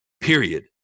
Period